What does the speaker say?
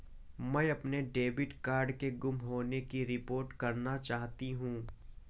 मैं अपने debit card के गुम होने की रिपोर्ट करना चाहती हूँ